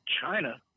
China